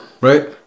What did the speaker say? Right